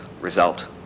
Result